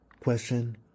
Question